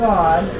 God